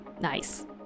Nice